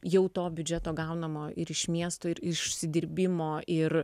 jau to biudžeto gaunamo ir iš miesto ir išsidirbimo ir